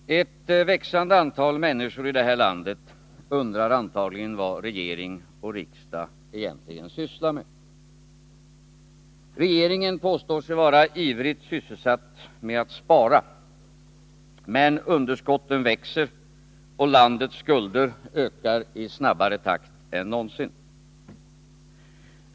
Herr talman! Ett växande antal människor i det här landet undrar antagligen vad regering och riksdag egentligen sysslar med. Regeringen påstår sig vara ivrigt sysselsatt med att spara. Men underskotten växer, och landets skulder ökar i snabbare takt än någonsin.